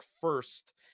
first